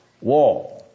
wall